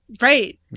Right